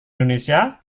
indonesia